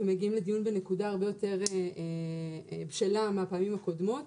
ומגיעים לדיון בנקודה הרבה יותר בשלה מהפעמים הקודמות.